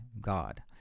God